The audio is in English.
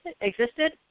existed